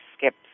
skips